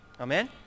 Amen